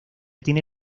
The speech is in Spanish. tiene